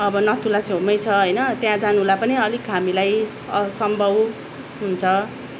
अब नथुला छेउमै छ होइन त्यहाँ जानुलाई पनि अलिक हामीलाई असम्भव हुन्छ